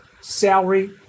salary